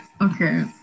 Okay